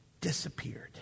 disappeared